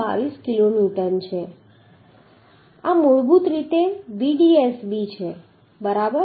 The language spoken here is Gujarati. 22 કિલોન્યુટન છે આ મૂળભૂત રીતે Vdsb છે બરાબર